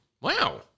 Wow